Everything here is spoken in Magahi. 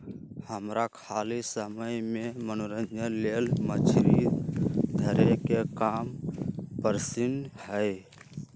हमरा खाली समय में मनोरंजन लेल मछरी धरे के काम पसिन्न हय